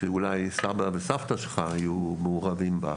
שאולי סבא וסבתא שלך היו מעורבים בה.